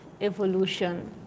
evolution